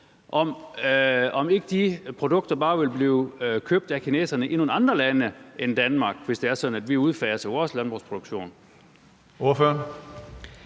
eksporterer til Kina, bare vil blive købt af kineserne i nogle andre lande end Danmark, hvis det er sådan, at vi udfaser vores landbrugsproduktion.